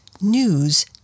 news